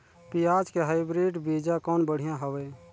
पियाज के हाईब्रिड बीजा कौन बढ़िया हवय?